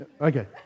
Okay